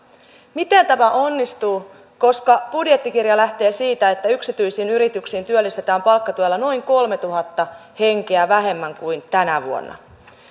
miten tämä onnistuu kun budjettikirja lähtee siitä että yksityisiin yrityksiin työllistetään palkkatuella noin kolmetuhatta henkeä vähemmän kuin tänä vuonna